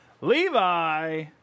Levi